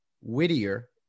Whittier